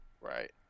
Right